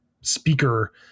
speaker